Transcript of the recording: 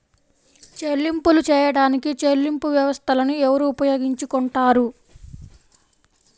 చెల్లింపులు చేయడానికి చెల్లింపు వ్యవస్థలను ఎవరు ఉపయోగించుకొంటారు?